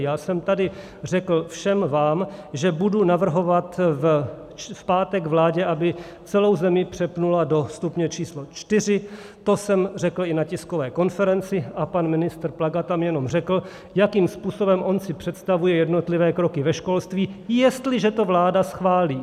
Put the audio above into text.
Já jsem tady řekl všem vám, že budu navrhovat v pátek vládě, aby celou zemi přepnula do stupně číslo 4, to jsem řekl i na tiskové konferenci, a pan ministr Plaga tam jenom řekl, jakým způsobem on si představuje jednotlivé kroky ve školství, jestliže to vláda schválí.